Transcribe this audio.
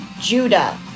Judah